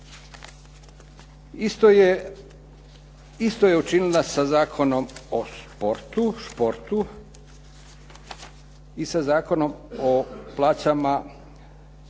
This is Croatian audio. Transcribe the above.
isto je učinila sa Zakonom o športu i sa Zakonom o plaćama,